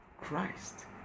Christ